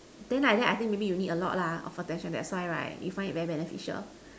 then like that I think maybe you need a lot lah of attention that's why right they find it very beneficial